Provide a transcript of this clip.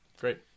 great